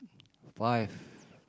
five